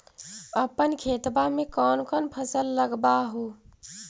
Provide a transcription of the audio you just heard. अपन खेतबा मे कौन कौन फसल लगबा हू?